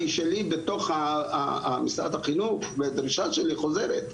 שלי בתוך משרד החינוך ודרישה שלי חוזרת,